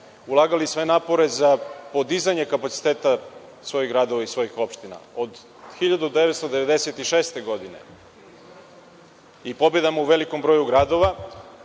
ulagali napore za podizanje kapaciteta svojih gradova i svojih opština. Od 1996. godine i pobedama u velikom broju gradova,